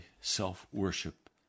self-worship